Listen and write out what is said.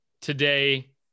today